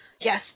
yes